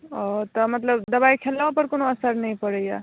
ओ तऽ मतलब दबाइ खेलो पर कोनो असर नहि पड़ैए